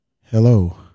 hello